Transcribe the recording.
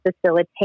facilitate